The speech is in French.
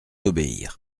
obéir